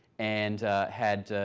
and had,